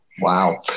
Wow